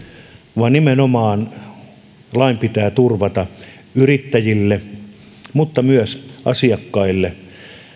vaan nimenomaan lain pitää turvata yrittäjille mutta myös asiakkaille